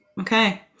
okay